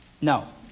No